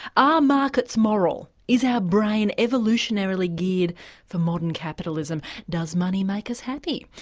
are markets moral? is our brain evolutionarily geared for modern capitalism? does money make us happy?